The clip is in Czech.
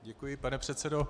Děkuji, pane předsedo.